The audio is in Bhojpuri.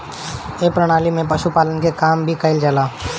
ए प्रणाली में पशुपालन के काम भी कईल जाला